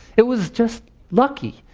it was just lucky,